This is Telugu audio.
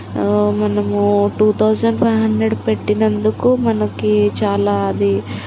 మనము టూ థౌసండ్ ఫైవ్ హండ్రెడ్ పెట్టినందుకు మనకి చాలా అది